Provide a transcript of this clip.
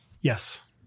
Yes